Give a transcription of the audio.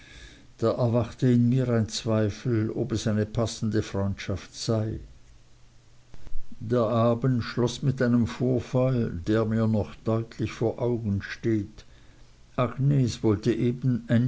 da erwachte in mir ein zweifel ob es eine passende freundschaft sei der abend schloß mit einem vorfall der mir noch deutlich vor augen steht agnes wollte eben